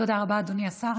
תודה רבה, אדוני השר.